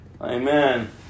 Amen